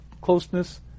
closeness